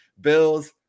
Bills